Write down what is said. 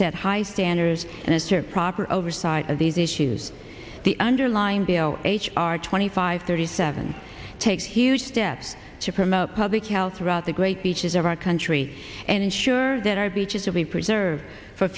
set high standards and it's proper oversight of these issues the underlying bill h r twenty five thirty seven take huge steps to promote public health throughout the great beaches of our country and ensure that our beaches are be preserved for